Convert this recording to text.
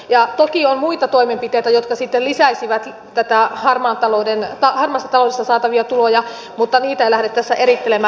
ja toki on muita toimenpiteitä jotka sitten lisäisivät harmaasta taloudesta saatavia tuloja mutta niitä en lähde tässä erittelemään